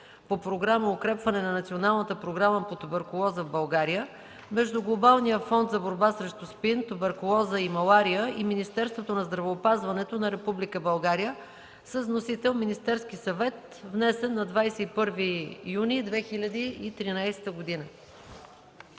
по Програма „Укрепване на националната програма по туберкулоза в България” между Глобалния фонд за борба срещу СПИН, туберкулоза и малария и Министерството на здравеопазването на Република България, № 302-02-5, внесен от Министерския съвет на 21 юни 2013 г.